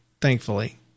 thankfully